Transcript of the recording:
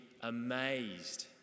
amazed